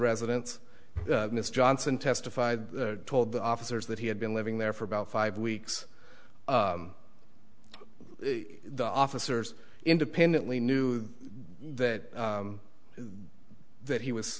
residence miss johnson testified told the officers that he had been living there for about five weeks the officers independently knew that the that he was